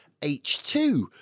H2